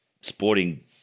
sporting